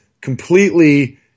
completely